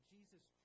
Jesus